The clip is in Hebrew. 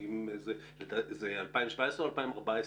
זה 2017 או 2014?